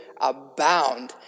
abound